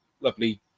lovely